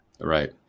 Right